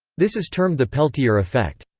this is termed the peltier effect.